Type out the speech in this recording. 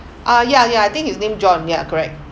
ah ya ya I think his name john ya correct